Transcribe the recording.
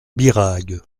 birague